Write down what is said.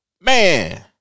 Man